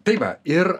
tai va ir